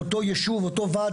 לאותו מנהל